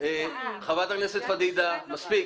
חברת הכנסת פדידה, מספיק.